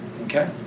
Okay